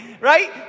right